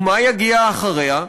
ומה יגיע אחריה?